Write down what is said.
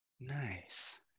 Nice